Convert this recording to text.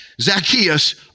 Zacchaeus